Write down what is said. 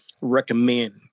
recommend